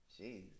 Jeez